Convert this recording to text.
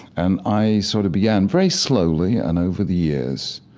and i sort of began, very slowly and over the years,